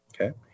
Okay